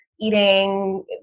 eating